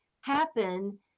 happen